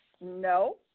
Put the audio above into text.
No